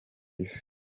isi